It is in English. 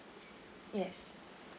yes